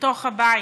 בתוך הבית.